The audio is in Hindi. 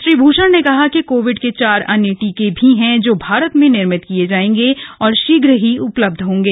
श्री भूषण ने कहा है कि कोविड के चार अन्य टीके भी हैं जो भारत में निर्मित किए जाएंगे और शीघ्र ही उपलब्ध होंगे